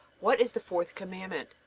what is the fourth commandment?